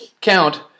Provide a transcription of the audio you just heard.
count